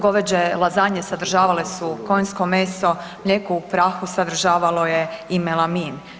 Goveđe lazanje sadržavale su konjsko meso, mlijeko u prahu sadržavalo je i melamin.